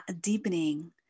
deepening